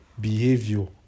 behavior